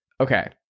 okay